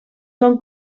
són